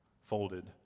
folded